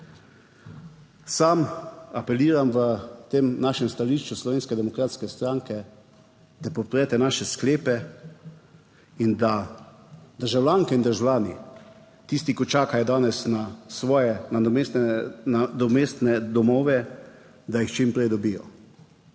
sam apeliram v tem našem stališču Slovenske demokratske stranke, da podprete naše sklepe in da državljanke in državljani, tisti, ki čakajo danes na svoje nadomestne domove, da jih čim prej dobijo.